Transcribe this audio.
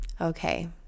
Okay